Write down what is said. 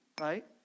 right